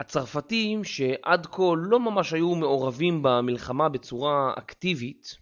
הצרפתים שעד כה לא ממש היו מעורבים במלחמה בצורה אקטיבית